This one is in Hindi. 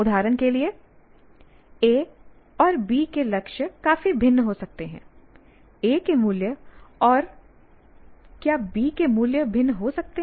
उदाहरण के लिए A और B के लक्ष्य काफी भिन्न हो सकते हैं A के मूल्य और क्या B के मूल्य भिन्न हो सकते हैं